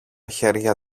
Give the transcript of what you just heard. χέρια